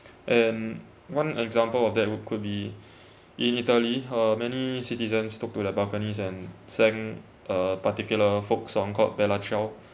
and one example of that would could be in italy her many citizens took to the balconies and sang a particular folk song called bella ciao